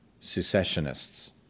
secessionists